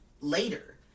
later